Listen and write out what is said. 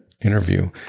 interview